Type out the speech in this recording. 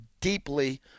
deeply